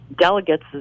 delegates